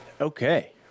Okay